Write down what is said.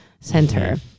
center